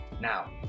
Now